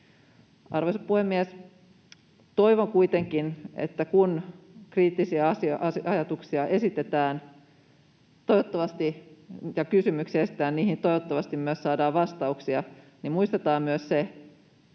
Arvoisa puhemies! Toivon kuitenkin, että kun kriittisiä ajatuksia ja kysymyksiä esitetään — niihin toivottavasti myös saadaan vastauksia — niin muistetaan myös se,